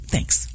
Thanks